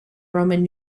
roman